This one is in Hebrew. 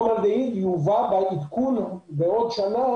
והפורמלדהיד יובא לעדכון בעוד שנה